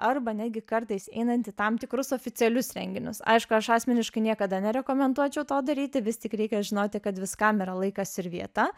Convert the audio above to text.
arba netgi kartais einant į tam tikrus oficialius renginius aišku aš asmeniškai niekada nerekomenduočiau to daryti vis tik reikia žinoti kad viskam yra laikas ir vieta